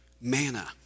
Manna